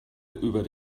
über